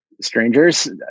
strangers